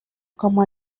como